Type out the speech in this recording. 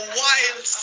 wild